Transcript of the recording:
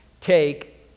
take